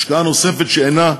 השקעה נוספת שאינה,